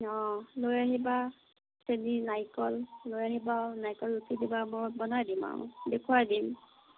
অ' লৈ আহিবা চেনী নাৰিকল লৈ আহিবা নাৰিকল ৰুকি দিবা মই বনাই দিম আৰু দেখুৱাই দিম